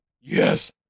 Yes